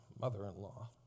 mother-in-law